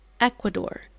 Ecuador